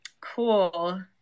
Cool